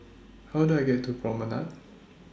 How Do I get to Promenade